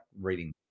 reading